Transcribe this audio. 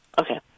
Okay